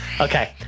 Okay